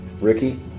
Ricky